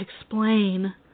explain